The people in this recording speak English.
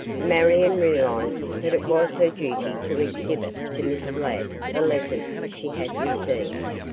marion realized that it was her duty to exhibit to miss ladd the letters she had received,